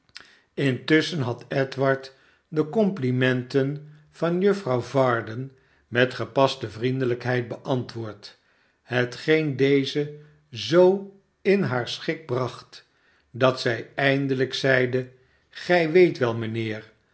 intusschen had edward de complimenten van juffrouw varden met gepaste vriendelijkheid beantwoord hetgeen deze zoo in haar schik bracht dat zij eindelijk zeide gij weet wel mijnheer